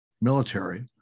military